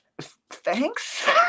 thanks